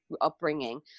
upbringing